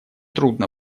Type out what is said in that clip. трудно